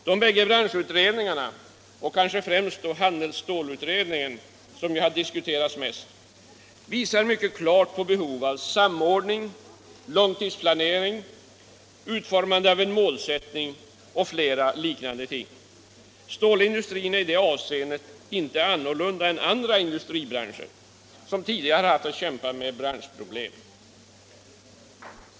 De bägge branschutredningarna, och kanske främst handelsstålsutredningen som har diskuterats mest, visar mycket klart på behov av samordning, långtidsplanering, utformande av en målsättning och flera liknande ting. Stålindustrin är i det avseendet inte annorlunda än andra industribranscher som tidigare haft att kämpa med branschproblem.